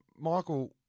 Michael